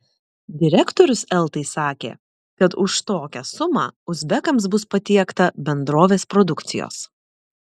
direktorius eltai sakė kad už tokią sumą uzbekams bus patiekta bendrovės produkcijos